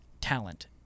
talent